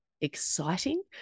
exciting